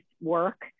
work